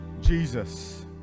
jesus